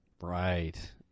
Right